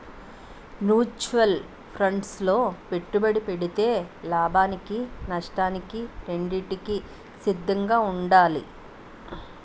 mutual funds లో పెట్టుబడి పెడితే లాభానికి నష్టానికి రెండింటికి సిద్ధంగా ఉండాలి